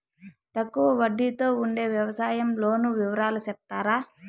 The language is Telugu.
తక్కువ వడ్డీ తో ఉండే వ్యవసాయం లోను వివరాలు సెప్తారా?